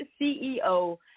CEO